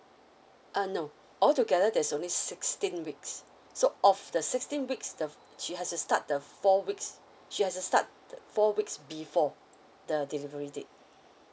uh no altogether that's only sixteen weeks so of the sixteen weeks the she has to start four weeks she has to start four weeks before the delivery date